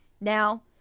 Now